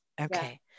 okay